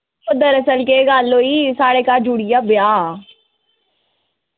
दरअसल केह् गल्ल होई साढ़े घर जुड़ी गेआ ब्याह्